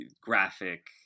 graphic